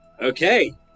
Okay